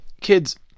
kids